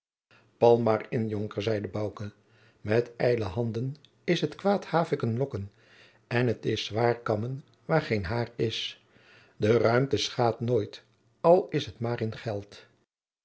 maar in jonker zeide bouke met ijle handen is t kwaad havikken lokken en t is zwaar kammen waar geen hair is de ruimte schaadt nooit al is t maar in geld